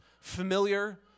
familiar